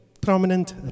prominent